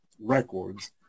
records